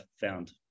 found